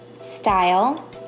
style